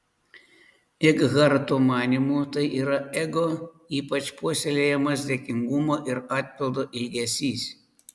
ekharto manymu tai yra ego ypač puoselėjamas dėkingumo ir atpildo ilgesys